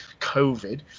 COVID